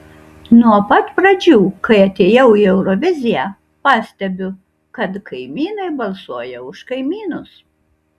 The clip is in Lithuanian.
nuo pat pradžių kai atėjau į euroviziją pastebiu kad kaimynai balsuoja už kaimynus